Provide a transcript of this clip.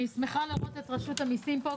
אני שמחה לראות את רשות המסים פה,